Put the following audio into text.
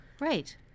Right